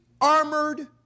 armored